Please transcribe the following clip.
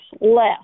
less